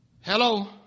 Hello